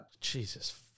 Jesus